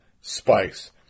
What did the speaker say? Spice